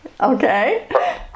Okay